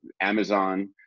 Amazon